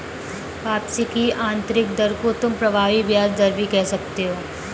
वापसी की आंतरिक दर को तुम प्रभावी ब्याज दर भी कह सकते हो